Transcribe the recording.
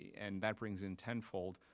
and that brings in ten-fold,